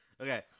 Okay